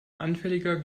anfälliger